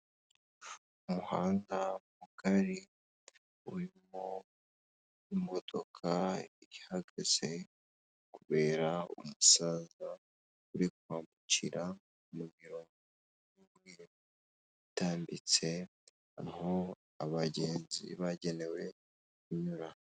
Umuhanda mugari urimo imodoka ihagaze, kubera umusaza uri kwambukira mu mirongo itambitse, aho abagenzi bagenewe kunyura.